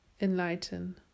enlighten